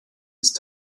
ist